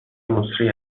مسری